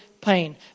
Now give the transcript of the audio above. pain